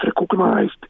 recognized